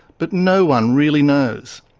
but no one really knows.